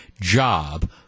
job